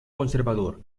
conservador